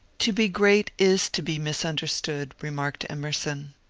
to be great is to be misanderstood, remarked emerson.